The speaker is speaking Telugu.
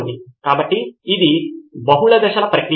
చాలా బాగుంది మీరు వెళ్లే దిశ నాకు నచ్చింది